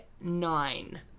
nine